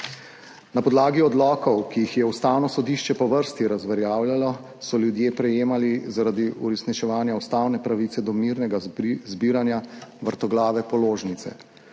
Na podlagi odlokov, ki jih je Ustavno sodišče po vrsti razveljavljalo, so ljudje prejemali zaradi uresničevanja ustavne pravice do mirnega zbiranja vrtoglave položnice.